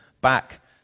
back